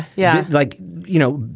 yeah, like, you know,